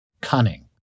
cunning